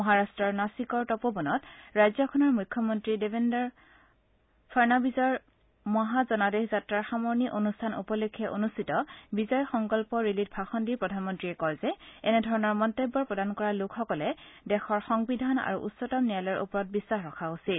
মহাৰাট্টৰ নাছিকৰ তপোবনত ৰাজ্যখনৰ মুখ্যমন্ত্ৰী দেবেন্দৰ ফৰ্ণাবিজৰ মহা জনাদেশ যাত্ৰাৰ সামৰণি অনুষ্ঠান উপলক্ষে অনুষ্ঠিত বিজয় সংকল্প ৰেলীত ভাষণ দি প্ৰধানমন্ত্ৰীয়ে কয় যে এনেধৰণৰ মন্তব্য প্ৰদান কৰা লোকসকলে দেশৰ সংবিধান আৰু উচ্চতম ন্যায়ালয়ৰ ওপৰত বিখাস ৰখা উচিত